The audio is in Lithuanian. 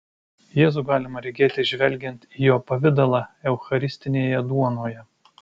jėzų galima regėti žvelgiant į jo pavidalą eucharistinėje duonoje